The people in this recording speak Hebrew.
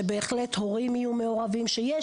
צריך שההורים יהיו מעורבים ויהיה